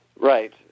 Right